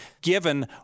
given